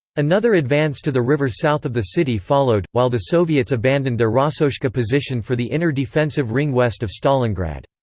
another advance to the river south of the city followed, while the soviets abandoned their rossoshka position for the inner defensive ring west of stalingrad.